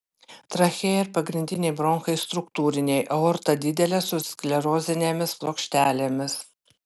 trachėja ir pagrindiniai bronchai struktūriniai aorta didelė su sklerozinėmis plokštelėmis